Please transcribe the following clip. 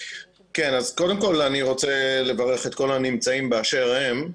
קודם כל אני רוצה לברך את כל הנמצאים באשר הם.